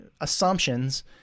assumptions